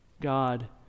God